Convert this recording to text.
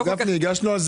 יכול להיות